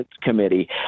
committee